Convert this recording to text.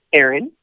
Aaron